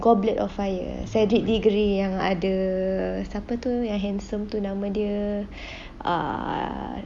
goblet of fire cedric diggory yang ada siapa tu yang handsome tu nama dia ah